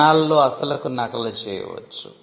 క్షణాలలో అసలుకు నకలు చేయవచ్చు